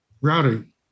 routing